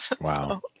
Wow